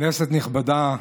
כנסת נכבדה,